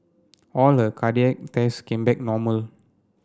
all her cardiac tests came back normal